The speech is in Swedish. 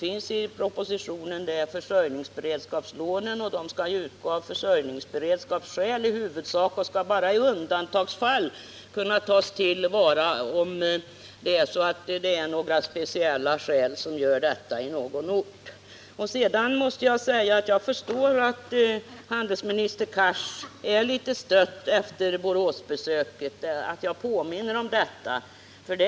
Det nya i propositionen är försörjningsberedskapslånen, vilka i huvudsak skall ges av försörjningsberedskapsskäl och bara i undantagsfall om speciella skäl gör det nödvändigt på någon ort. Jag förstår att handelsminister Cars är litet stött över att jag påminner om Boråsbesöket.